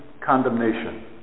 condemnation